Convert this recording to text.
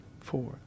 Four